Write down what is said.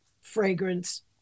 fragrance